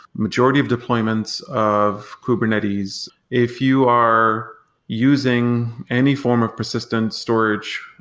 majority of deployments of kubernetes. if you are using any form of persistent storage,